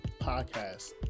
Podcast